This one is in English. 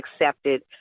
accepted